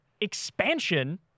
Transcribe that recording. expansion